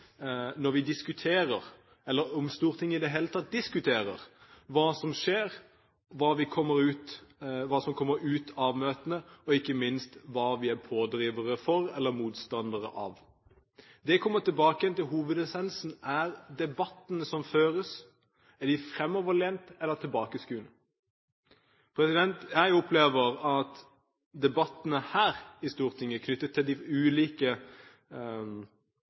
når vi diskuterer, eller om Stortinget i det hele tatt diskuterer hva som skjer, hva som kommer ut av møtene, og ikke minst hva vi er pådrivere for, eller motstandere av. Det fører tilbake igjen til hovedessensen: Er debattene som føres, framoverlente, eller er de tilbakeskuende? Jeg opplever at debattene her i Stortinget knyttet til de ulike